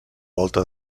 volta